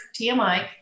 TMI